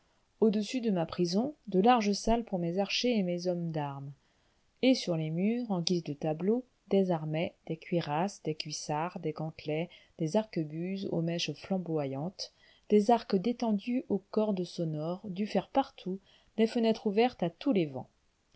au-dessus de ma prison de larges salles pour mes archers et mes hommes d'armes et sur les murs en guise de tableaux des armets des cuirasses des cuissards des gantelets des arquebuses aux mèches flamboyantes des arcs détendus aux cordes sonores du fer partout des fenêtres ouvertes à tous les vents